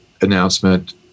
announcement